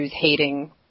hating